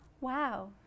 Wow